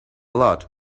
lot